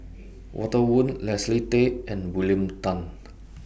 Walter Woon Leslie Tay and William Tan